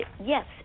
yes